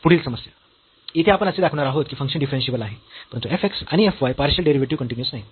पुढील समस्या येथे आपण असे दाखविणार आहोत की फंक्शन डिफरन्शियेबल आहे परंतु f x आणि f y partial derivative continuous नाहीत